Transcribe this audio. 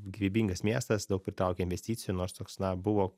gyvybingas miestas daug pritraukia investicijų nors toks na buvo